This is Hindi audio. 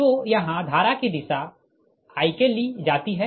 तो यहाँ धारा की दिशा Ik ली जाती है